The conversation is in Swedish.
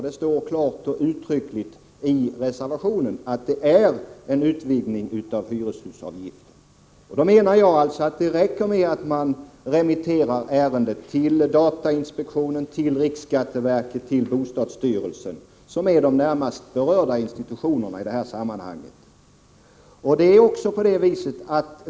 Det står klart och uttryckligt i reservationen att det är fråga om en utvidgning av hyreshusavgiften. Då menar jag att det räcker med att man remitterar ärendet till datainspektionen, till riksskatteverket och till bostadsstyrelsen, som är de närmast berörda institutionerna i det här sammanhanget.